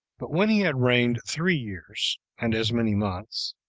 but when he had reigned three years, and as many months,